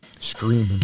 Screaming